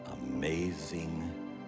amazing